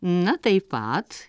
na taip pat